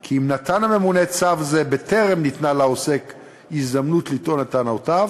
כי אם נתן הממונה צו זה בטרם ניתנה לעוסק הזדמנות לטעון את טענותיו,